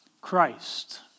Christ